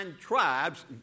tribes